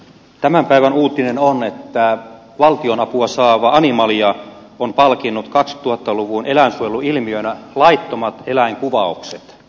tämän päivän uutinen on että valtionapua saava animalia on palkinnut kaksituhatta luvun eläinsuojeluilmiönä laittomat eläinkuvauksets